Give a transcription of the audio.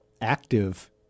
active